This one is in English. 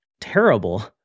terrible